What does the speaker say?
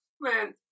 man